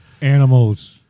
Animals